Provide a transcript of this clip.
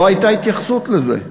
לא הייתה התייחסות לזה.